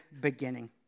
beginning